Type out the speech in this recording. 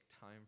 time